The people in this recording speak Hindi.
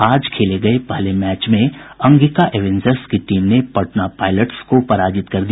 आज खेले गये पहले मैच में अंगिका एवेंजर्स की टीम ने पटना पायलट्स को पराजित कर दिया